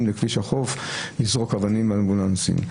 לכביש החוף לזרוק אבנים על אמבולנסים.